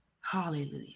Hallelujah